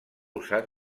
usat